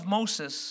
Moses